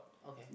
okay